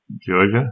Georgia